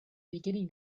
beginning